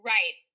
Right